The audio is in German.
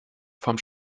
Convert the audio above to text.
vom